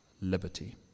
liberty